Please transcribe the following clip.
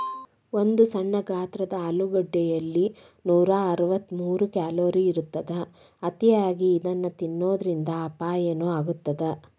ಒಂದು ಸಣ್ಣ ಗಾತ್ರದ ಆಲೂಗಡ್ಡೆಯಲ್ಲಿ ನೂರಅರವತ್ತಮೂರು ಕ್ಯಾಲೋರಿ ಇರತ್ತದ, ಅತಿಯಾಗಿ ಇದನ್ನ ತಿನ್ನೋದರಿಂದ ಅಪಾಯನು ಆಗತ್ತದ